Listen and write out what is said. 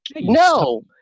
no